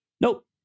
Nope